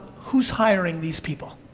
who's hiring these people?